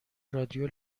رادیو